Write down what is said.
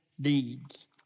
deeds